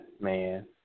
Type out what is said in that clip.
man